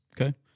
Okay